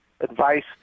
advice